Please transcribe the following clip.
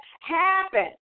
happen